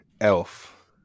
Elf